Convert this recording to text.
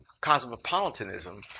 cosmopolitanism